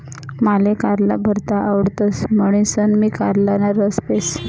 माले कारला भरता आवडतस म्हणीसन मी कारलाना रस पेस